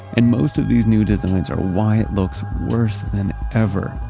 and most of these new designs are why it looks worse than ever.